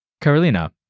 Karolina